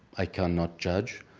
i cannot judge.